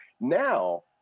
Now